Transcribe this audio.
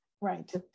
right